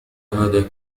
هذا